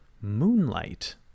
moonlight